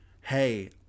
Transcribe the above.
hey